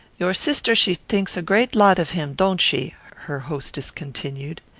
your sister she thinks a great lot of him, don't she? her hostess continued.